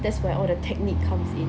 that's where all the technique comes in